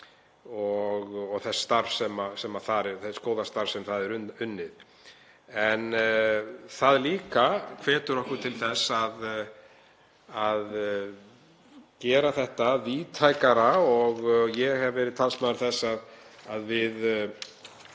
og þess góða starfs sem þar er unnið. Það hvetur okkur til líka þess að gera þetta víðtækara og ég hef verið talsmaður þess að við